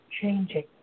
changing